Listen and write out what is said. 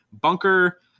bunker